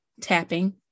tapping